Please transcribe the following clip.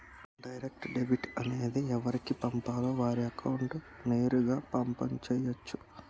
direct debit అనేది ఎవరికి పంపాలో వారి అకౌంట్ నేరుగా పంపు చేయచ్చు